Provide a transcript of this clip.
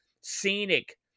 scenic